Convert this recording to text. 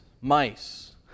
mice